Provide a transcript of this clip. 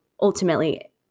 ultimately